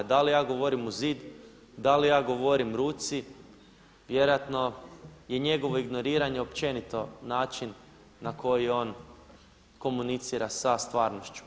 Da li ja govorim u zid, da li je govorim ruci, vjerojatno je njegovo ignoriranje općenito način na koji on komunicira sa stvarnošću.